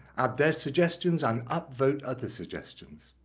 add their suggestions and upvote other suggestions.